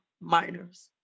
minors